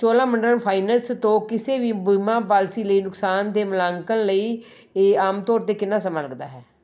Cholamandalam finance ਤੋਂ ਕਿਸੇ ਵੀ ਬੀਮਾ ਪਾਲਿਸੀ ਲਈ ਨੁਕਸਾਨ ਦੇ ਮੁਲਾਂਕਣ ਲਈ ਏ ਆਮ ਤੌਰ 'ਤੇ ਕਿੰਨਾ ਸਮਾਂ ਲੱਗਦਾ ਹੈ